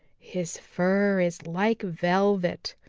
his fur is like velvet.